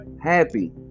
happy